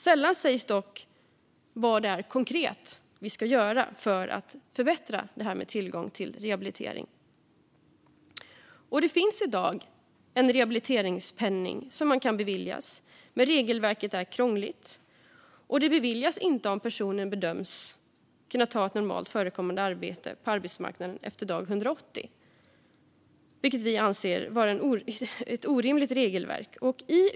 Sällan sägs det dock vad vi konkret ska göra för att förbättra tillgången till rehabilitering. Det finns i dag en rehabiliteringspenning som man kan beviljas. Men regelverket är krångligt, och den beviljas inte om personen bedöms kunna ta ett normalt förekommande arbete på arbetsmarknaden efter dag 180. Vi anser att det är ett orimligt regelverk.